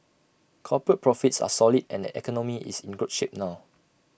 corporate profits are solid and the economy is in good shape now